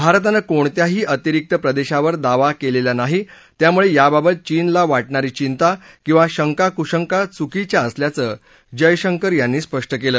भारतानं कोणत्याही अतिरिक्त प्रदेशावर दावा केलेला नाही त्यामुळे याबाबत चीनला वाटणारी चिंता किंवा शंका कुशंका चुकीच्या असल्याचं जयशंकर यांनी स्पष्ट केलं